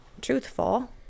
truthful